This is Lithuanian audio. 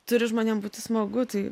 turi žmonėm būti smagu tai